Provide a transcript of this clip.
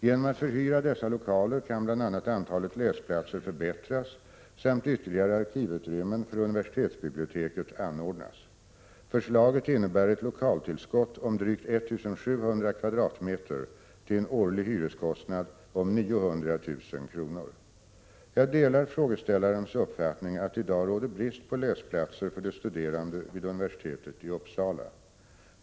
Genom att förhyra dessa lokaler kan bl.a. antalet läsplatser förbättras samt ytterligare arkivutrymmen för universitetsbiblioteket anordnas. Förslaget innebär ett lokaltillskott om drygt 1 700 kvadratmeter till en årlig hyreskostnad om 900 000 kr. Jag delar frågeställarens uppfattning att det i dag råder brist på läsplatser för de studerande vid universitetet i Uppsala.